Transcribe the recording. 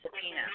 subpoena